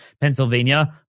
Pennsylvania